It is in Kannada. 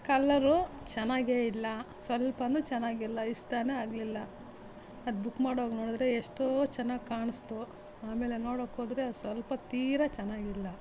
ಕಲರು ಚೆನ್ನಾಗೇ ಇಲ್ಲ ಸ್ವಲ್ಪವೂ ಚೆನ್ನಾಗಿಲ್ಲ ಇಷ್ಟವೇ ಆಗ್ಲಿಲ್ಲ ಅದು ಬುಕ್ ಮಾಡುವಾಗ ನೋಡಿದ್ರೆ ಎಷ್ಟೋ ಚೆನ್ನಾಗಿ ಕಾಣಿಸ್ತು ಆಮೇಲೆ ನೋಡೋಕ್ಕೋದ್ರೆ ಸ್ವಲ್ಪ ತೀರ ಚೆನ್ನಾಗಿಲ್ಲ